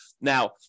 Now